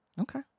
Okay